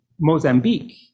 Mozambique